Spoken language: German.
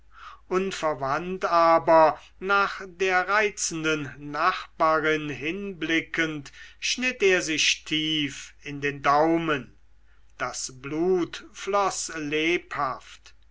unverwandt aber nach der reizenden nachbarin hinblickend schnitt er sich tief in den daumen das blut floß lebhaft